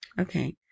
Okay